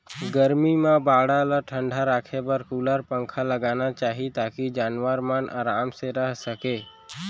गरमी म बाड़ा ल ठंडा राखे बर कूलर, पंखा लगाना चाही ताकि जानवर मन आराम से रह सकें